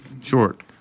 Short